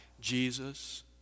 Jesus